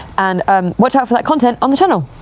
and um watch out for that content on the channel.